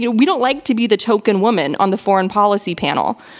you know we don't like to be the token woman on the foreign policy panel.